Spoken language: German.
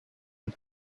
und